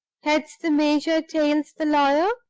heads, the major tails, the lawyer.